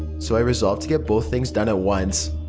so i resolved to get both things done at once.